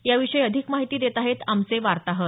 याविषयी अधिक माहिती देत आहेत आमचे वार्ताहर